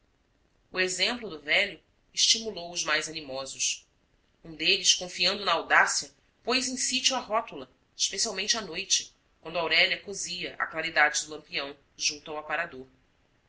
o exemplo do velho estimulou os mais animosos um deles confiando na audácia pôs em sítio a rótula especialmente à noite quando aurélia cosia à claridade do lampião junto ao aparador